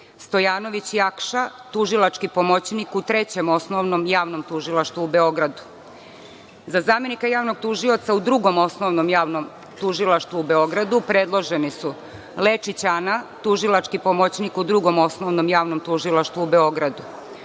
Stojanović Jakša, tužilački pomoćnik u Trećem osnovnom javnom tužilaštvu u Beogradu.Za zamenika Javnog tužioca u Drugom osvnom javnom tužilaštvu u Beogradu predloženi su Lečić Ana, tužilački pomoćnik u Drugom osnovnom javnom tužilaštvu u Beogradu,